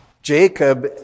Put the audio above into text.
Jacob